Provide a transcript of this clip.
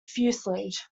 fuselage